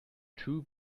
two